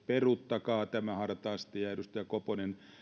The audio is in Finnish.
peruuttakaa tämä ja edustaja koponen